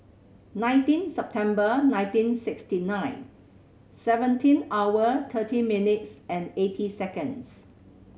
nineteen September nineteen sixty nine seventy hour thirty minutes and eighteen seconds